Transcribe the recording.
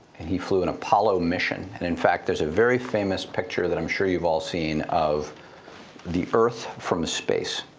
and he flew an apollo mission. and, in fact, there's a very famous picture that i'm sure you've all seen of the earth from space.